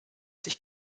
sich